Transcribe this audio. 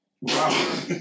Wow